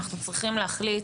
אנחנו צריכים להחליט,